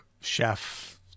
chef